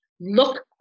Look